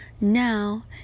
now